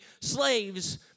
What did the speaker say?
slaves